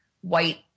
white